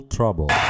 Trouble